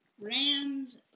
Rams